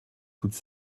toutes